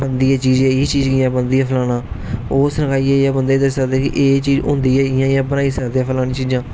बनदी ऐ चीज एह् चीज कियां बनदी ऐ फलाना ओह साढ़ा एह् दस्सी सकदे एह् एह् चीज होई सकदी ऐ इयां बनाई सकने हां फलानी चीजां